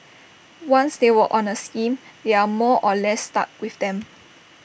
once they were on A scheme they are more or less stuck with them